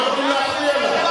אני קורא לך כל הזמן שר,